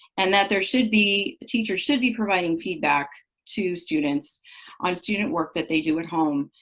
and that there should be teachers should be providing feedback to students on student work that they do at home,